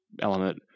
element